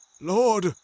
Lord